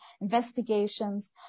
investigations